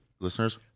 listeners